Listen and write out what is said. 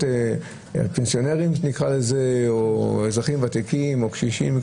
הפנסיונרים או אזרחים ותיקים או קשישים,